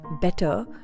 better